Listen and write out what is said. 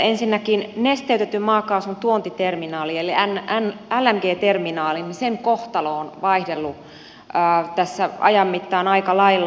ensinnäkin nesteytetyn maakaasun tuontiterminaalin eli lng terminaalin kohtalo on vaihdellut tässä ajan mittaan aika lailla